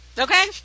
okay